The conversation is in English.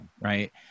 Right